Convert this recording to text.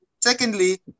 secondly